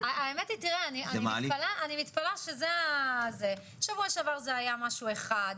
האמת היא שאני מתפלאה שבוע שעבר זה היה משהו אחד,